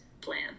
plan